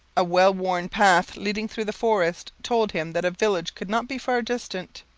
a well-worn path leading through the forest told him that a village could not be far distant,